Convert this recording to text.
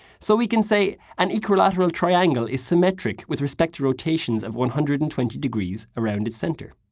so we can say an equilateral triangle is symmetric with respect to rotations of one hundred and twenty degrees around its center.